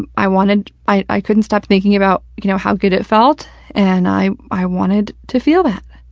ah i wanted i i couldn't stop thinking about you know how good it felt and i i wanted to feel that.